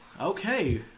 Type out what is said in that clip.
Okay